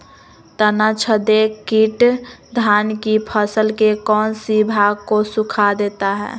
तनाछदेक किट धान की फसल के कौन सी भाग को सुखा देता है?